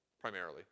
primarily